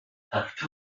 ferwafa